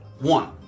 One